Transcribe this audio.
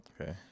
Okay